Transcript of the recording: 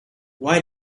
why